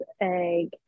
egg